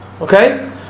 okay